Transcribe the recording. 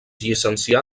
llicencià